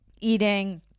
eating